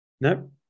Nope